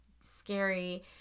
scary